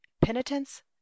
PENITENCE